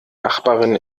nachbarin